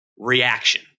reaction